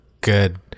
good